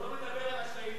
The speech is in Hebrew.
כשהוא לא מדבר על השהידים,